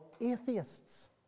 atheists